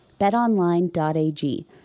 BetOnline.ag